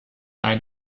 ein